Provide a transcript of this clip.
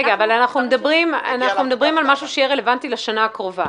מדברים על משהו שיהיה רלוונטי לשנה הקרובה.